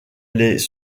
les